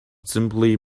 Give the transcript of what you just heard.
simply